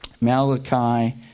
Malachi